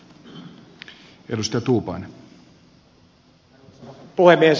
arvoisa puhemies